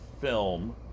film